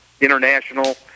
international